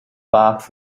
bags